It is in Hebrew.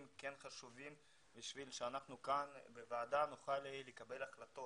חשובים כדי שנוכל לקבל החלטות כאן בוועדה.